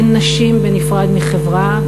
אין נשים בנפרד מחברה,